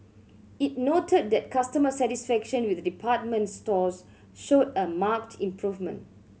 it noted that customer satisfaction with department stores showed a marked improvement